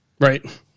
right